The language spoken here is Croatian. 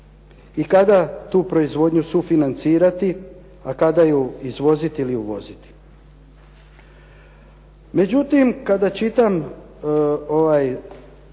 i kada tu proizvodnju sufinancirati, a kada ju izvoziti ili uvoziti. Međutim, kada čitam ovaj